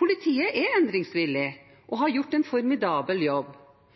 Politiet er endringsvillig og har gjort en formidabel jobb.